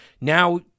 now